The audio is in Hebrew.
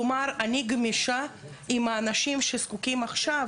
כלומר, אני גמישה עם האנשים שזקוקים עכשיו.